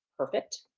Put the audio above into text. perfect.